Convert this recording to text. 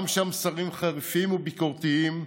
גם כשהמסרים חריפים וביקורתיים,